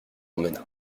emmena